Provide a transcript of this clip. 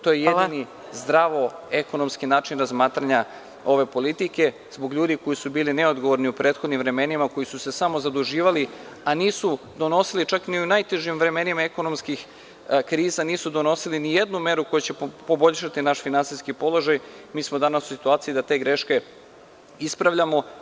To je jedini zdravo ekonomski način razmatranja ove politike zbog ljudi koji su bili neodgovorni u prethodnim vremenima, koji su se samo zaduživali, a nisu donosili, čak ni u najtežim vremenima ekonomskih kriza, nisu donosili nijednu meru koja će poboljšati naš finansijski položaj, mi smo danas u situaciju da te greške ispravljamo.